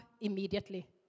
immediately